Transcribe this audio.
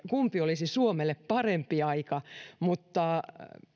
kumpi olisi suomelle parempi aika mutta